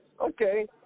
Okay